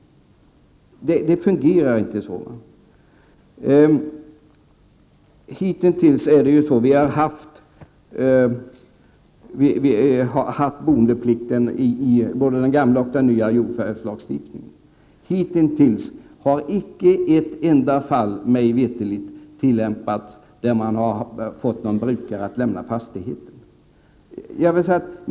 Det fungerar inte så. Vi har haft boendeplikt enligt både den gamla och den nya jordförvärvslagstiftningen. Hittills har man mig veterligt icke i ett enda fall tillämpat den och fått någon ägare att lämna fastigheten.